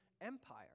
empire